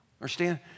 Understand